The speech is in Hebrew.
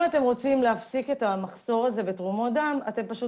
אם אתם רוצים להפסיק את המחסור בתרומות דם אתם פשוט